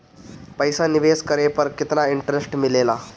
पईसा निवेश करे पर केतना इंटरेस्ट मिलेला?